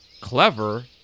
Clever